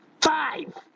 five